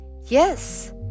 Yes